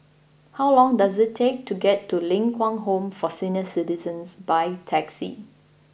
how long does it take to get to Ling Kwang Home for Senior Citizens by taxi